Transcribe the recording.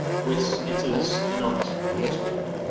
which it is not, unfortunately.